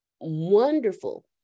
wonderful